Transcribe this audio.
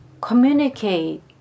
communicate